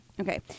Okay